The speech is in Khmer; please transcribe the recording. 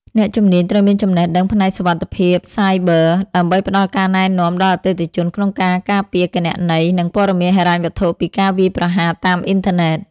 អ្នកជំនាញត្រូវមានចំណេះដឹងផ្នែកសុវត្ថិភាពសាយប័រ ដើម្បីផ្ដល់ការណែនាំដល់អតិថិជនក្នុងការការពារគណនី និងព័ត៌មានហិរញ្ញវត្ថុពីការវាយប្រហារតាមអ៊ីនធឺណិត។